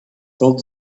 told